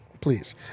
please